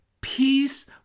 peace